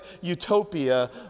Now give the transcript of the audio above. utopia